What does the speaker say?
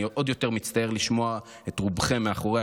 אני עוד יותר מצטער לשמוע את רובכם מאחורי